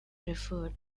referred